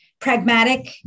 pragmatic